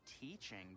teaching